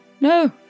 No